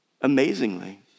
amazingly